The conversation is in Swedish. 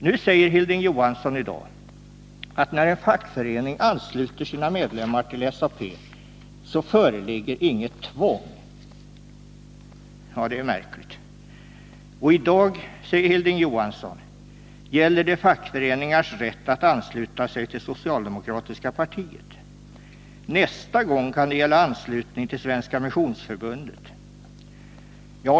Nu säger Hilding Johansson att när en fackförening ansluter sina medlemmar till SAP föreligger inget tvång. Ja, det är ju märkligt! I dag, säger Hilding Johansson, gäller det fackföreningarnas rätt att ansluta sig till det socialdemokratiska partiet — nästa gång kan det gälla anslutning till Svenska missionsförbundet.